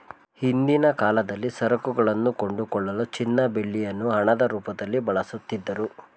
ಹಿಂದಿನ ಕಾಲದಲ್ಲಿ ಸರಕುಗಳನ್ನು ಕೊಂಡುಕೊಳ್ಳಲು ಚಿನ್ನ ಬೆಳ್ಳಿಯನ್ನು ಹಣದ ರೂಪದಲ್ಲಿ ಬಳಸುತ್ತಿದ್ದರು